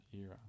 era